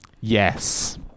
Yes